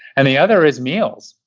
and the other is meals.